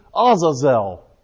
Azazel